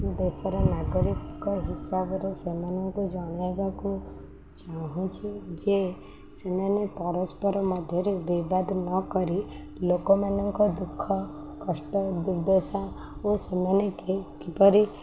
ମୁଁ ଦେଶର ନାଗରିକ ହିସାବରେ ସେମାନଙ୍କୁ ଜନାଇବାକୁ ଚାହୁଁଛିି ଯେ ସେମାନେ ପରସ୍ପର ମଧ୍ୟରେ ବିବାଦ ନକରି ଲୋକମାନଙ୍କ ଦୁଃଖ କଷ୍ଟ ଦୁର୍ଦ୍ଦଶା ଓ ସେମାନେ କିପରି